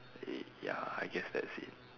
ya I guess that's it